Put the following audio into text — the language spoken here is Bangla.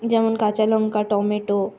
যেমন কাঁচালঙ্কা টমেটো